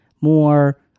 more